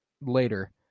later